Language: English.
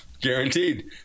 guaranteed